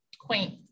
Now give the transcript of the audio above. quaint